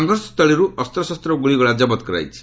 ସଂଘର୍ଷ ସ୍ଥଳୀରୁ ଅସ୍ପଶସ୍ତ ଓ ଗୁଳିଗୋଳା କବତ କରାଯାଇଛି